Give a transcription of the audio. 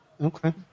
Okay